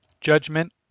judgment